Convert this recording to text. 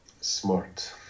smart